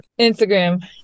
Instagram